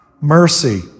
mercy